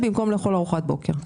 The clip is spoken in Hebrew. תעשן במקום לאכול ארוחת בוקר.